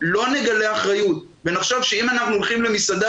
לא נגלה אחריות ונחשוב שאם אנחנו הולכים למסעדה